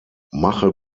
mache